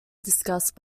discussed